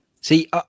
See